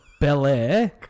Bel-Air